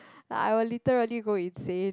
like I would literally go insane